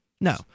No